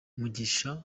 mugisha